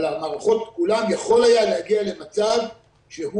על המערכות כולן יכול היה להגיע למצב שהוא